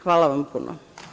Hvala vam puno.